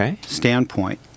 standpoint